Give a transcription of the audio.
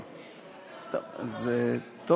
הוא לא אמר לי פשוט.